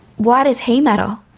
why does he matter?